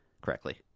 correctly